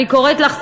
אני קוראת לך,